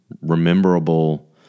rememberable